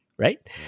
Right